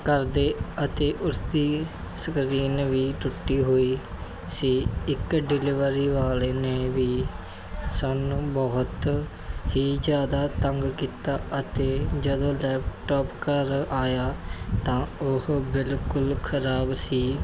ਕਰਦੇ ਅਤੇ ਉਸਦੀ ਸਕਰੀਨ ਵੀ ਟੁੱਟੀ ਹੋਈ ਸੀ ਇੱਕ ਡਿਲੀਵਰੀ ਵਾਲੇ ਨੇ ਵੀ ਸਾਨੂੰ ਬਹੁਤ ਹੀ ਜ਼ਿਆਦਾ ਤੰਗ ਕੀਤਾ ਅਤੇ ਜਦੋਂ ਲੈਪਟਾਪ ਘਰ ਆਇਆ ਤਾਂ ਉਹ ਬਿਲਕੁਲ ਖ਼ਰਾਬ ਸੀ